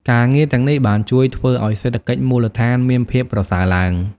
ការងារទាំងនេះបានជួយធ្វើឲ្យសេដ្ឋកិច្ចមូលដ្ឋានមានភាពប្រសើរឡើង។